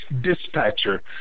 dispatcher